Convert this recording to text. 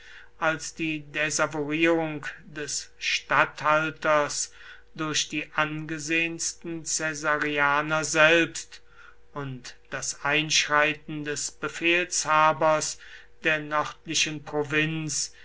als die desavouierung des statthalters durch die angesehensten caesarianer selbst und das einschreiten des befehlshabers der nördlichen provinz